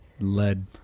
lead